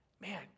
man